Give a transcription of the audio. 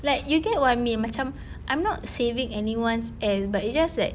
like you get what mean macam I'm not saving anyone's ass but it's just that